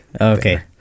Okay